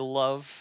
love –